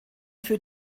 für